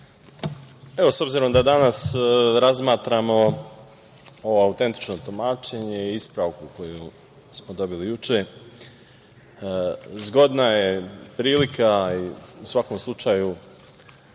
obzirom da danas razmatramo ovo autentično tumačenje i ispravku koju smo dobili juče zgodna je prilika i u svakom slučaju